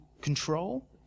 control